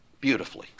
beautifully